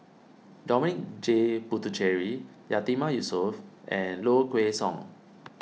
Dominic J Puthucheary Yatiman Yusof and Low Kway Song